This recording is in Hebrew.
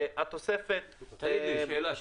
שאלה.